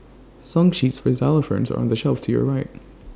song sheets for xylophones are on the shelf to your right